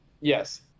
Yes